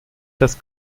das